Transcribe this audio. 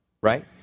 right